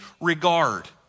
regard